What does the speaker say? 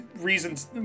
reasons